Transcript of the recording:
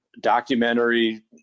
documentary